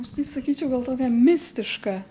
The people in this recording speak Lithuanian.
aš tai sakyčiau gal tokią mistišką